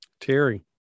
Terry